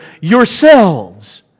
yourselves